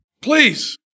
Please